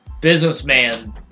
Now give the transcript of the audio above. businessman